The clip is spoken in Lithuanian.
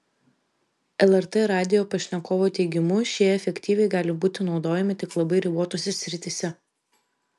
lrt radijo pašnekovo teigimu šie efektyviai gali būti naudojami tik labai ribotose srityse